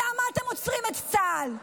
למה אתם עוצרים את צה"ל?